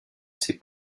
ses